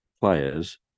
players